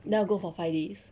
then 我 go for five days